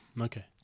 Okay